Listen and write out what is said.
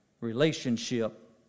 relationship